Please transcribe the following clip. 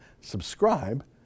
subscribe